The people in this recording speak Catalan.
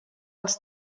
els